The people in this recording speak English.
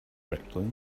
directly